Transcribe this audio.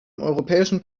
europäischen